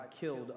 killed